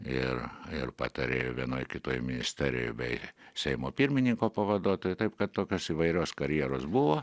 ir ir patarėju vienoj kitoj ministerijoj bei seimo pirmininko pavaduotoju taip kad tokios įvairios karjeros buvo